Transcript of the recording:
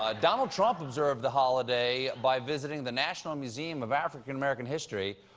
ah donald trump observed the holiday by visiting the national museum of african-american history,